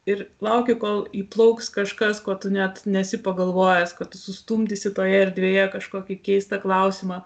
ir lauki kol įplauks kažkas ko tu net nesi pagalvojęs kad sustumdysi toje erdvėje kažkokį keistą klausimą